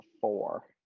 four